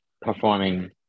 performing